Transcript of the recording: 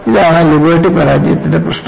ഇതാണ് ലിബർട്ടി പരാജയത്തിന്റെ പ്രശ്നം